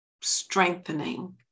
strengthening